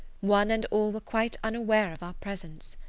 one and all were quite unaware of our presence.